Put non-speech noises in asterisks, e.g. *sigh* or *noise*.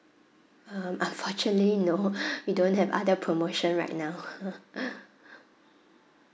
um unfortunately no *laughs* we don't have other promotion right now *laughs*